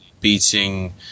beating